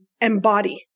embody